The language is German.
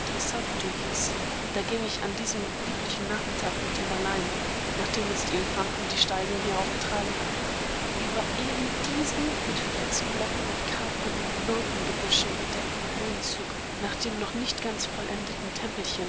da ging ich an einem lieblichen nachmittag mit ihm allein nachdem uns die elefanten die steigung heraufgetragen hatten über eben diesen mit felsblöcken und kapern und myrthengebüschen bedeckten höhenzug nach dem noch nicht ganz vollendeten